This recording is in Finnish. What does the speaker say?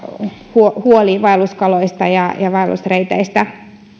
huoli huoli vaelluskaloista ja ja vaellusreiteistä